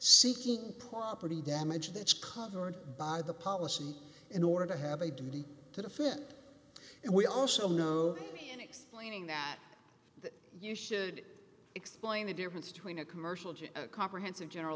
seeking party damage that's covered by the policy in order to have a duty to defend and we also know in explaining that that you should explain the difference between a commercial jet a comprehensive general